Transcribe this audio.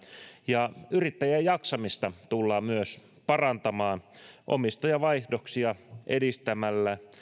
ja yrittäjien jaksamista tullaan myös parantamaan omistajavaihdoksia edistämällä